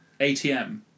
ATM